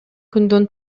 күндөн